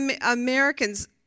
Americans